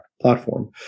platform